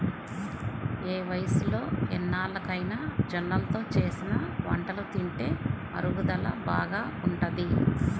ఏ వయస్సులో ఉన్నోల్లకైనా జొన్నలతో చేసిన వంటలు తింటే అరుగుదల బాగా ఉంటది